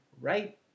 right